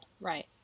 right